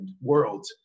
world